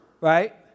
right